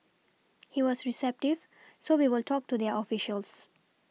he was receptive so we will talk to their officials